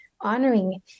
honoring